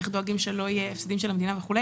איך דואגים שלא יהיה הפסדים של המדינה וכו',